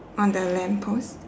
on the lamp post